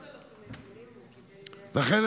לכן,